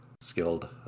skilled